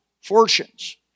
fortunes